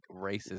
racist